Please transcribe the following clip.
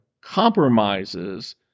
compromises